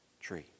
tree